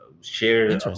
share